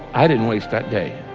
i didn't waste that day